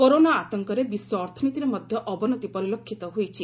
corona ଆତଙ୍କରେ ବିଶ୍ୱ ଅର୍ଥନୀତିରେ ମଧ୍ୟ ଅବନତି ପରିଲକ୍ଷିତ ହୋଇଛି